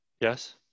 Yes